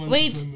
Wait